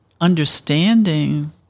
understanding